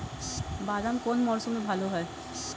বাদাম কোন মরশুমে ভাল হয়?